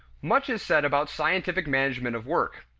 much is said about scientific management of work.